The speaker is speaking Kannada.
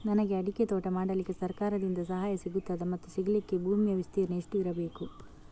ನನಗೆ ಅಡಿಕೆ ತೋಟ ಮಾಡಲಿಕ್ಕೆ ಸರಕಾರದಿಂದ ಸಹಾಯ ಸಿಗುತ್ತದಾ ಮತ್ತು ಸಿಗಲಿಕ್ಕೆ ಭೂಮಿಯ ವಿಸ್ತೀರ್ಣ ಎಷ್ಟು ಇರಬೇಕು?